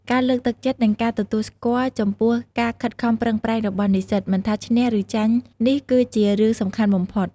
ការលើកទឹកចិត្ត និងការទទួលស្គាល់ចំពោះការខិតខំប្រឹងប្រែងរបស់និស្សិត មិនថាឈ្នះ ឬចាញ់នេះ គឺជារឿងសំខាន់បំផុត។